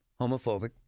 homophobic